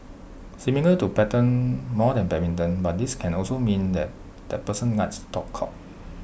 similar to pattern more than badminton but this can also mean that that person likes to talk cock